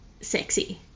Sexy